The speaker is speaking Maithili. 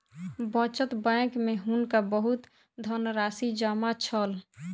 बचत बैंक में हुनका बहुत धनराशि जमा छल